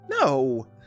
No